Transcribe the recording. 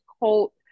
cult